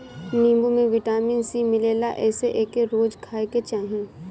नीबू में vitamin C मिलेला एसे एके रोज खाए के चाही